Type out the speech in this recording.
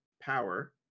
Power